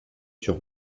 sur